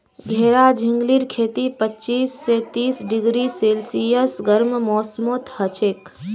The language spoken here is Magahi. घेरा झिंगलीर खेती पच्चीस स तीस डिग्री सेल्सियस गर्म मौसमत हछेक